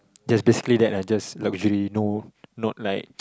there's basically that lah just luxury no not like